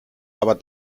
aber